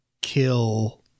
kill